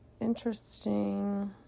Interesting